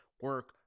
Work